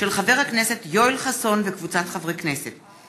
של חבר הכנסת יואל חסון וקבוצת חברי הכנסת,